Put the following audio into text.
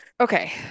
Okay